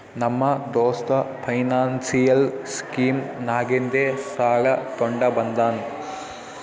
ನಮ್ಮ ದೋಸ್ತ financial scheme ನಾಗಿಂದೆ ಸಾಲ ತೊಂಡ ಬಂದಾನ್